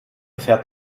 fährt